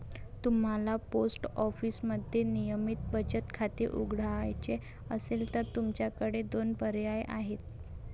तुम्हाला पोस्ट ऑफिसमध्ये नियमित बचत खाते उघडायचे असेल तर तुमच्याकडे दोन पर्याय आहेत